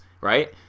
right